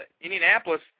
Indianapolis